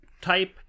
type